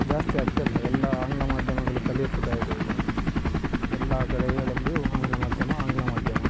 ಜಾಸ್ತಿ ಆಗ್ತಾಯಿಲ್ಲ ಎಲ್ಲ ಆಂಗ್ಲ ಮಾಧ್ಯಮಗಳು ತಲೆ ಎತ್ತುತ್ತಾಯಿದೆ ಈಗ ಎಲ್ಲ ಕಡೆಗಳಲ್ಲಿಯೂ ಆಂಗ್ಲ ಮಾಧ್ಯಮ ಆಂಗ್ಲ ಮಾಧ್ಯಮ